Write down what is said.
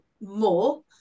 more